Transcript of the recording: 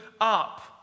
up